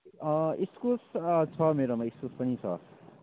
इस्कुस छ मेरोमा इस्कुस पनि छ